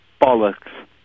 bollocks